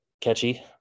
catchy